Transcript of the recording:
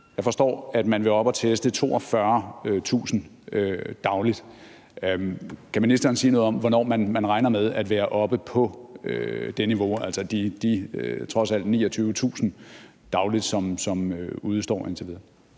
jeg forstår, at man vil op og teste 42.000 dagligt. Kan ministeren sige noget om, hvornår man regner med at være oppe på det niveau? Altså, der er trods alt 29.000 daglige test, som udestår indtil videre.